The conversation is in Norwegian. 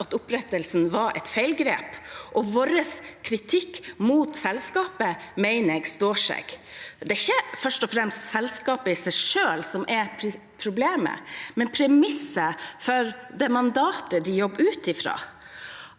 at opprettelsen var et feilgrep, og vår kritikk mot selskapet mener jeg står seg. Det er ikke først og fremst selskapet i seg selv som er problemet, men premisset for det mandatet de jobber ut fra.